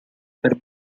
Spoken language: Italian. per